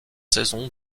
saison